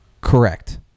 Correct